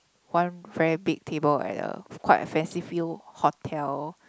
one very big table like that a quite fanciful hotel